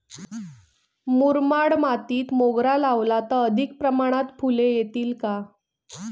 मुरमाड मातीत मोगरा लावला तर अधिक प्रमाणात फूले येतील का?